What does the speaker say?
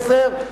התש"ע 2010,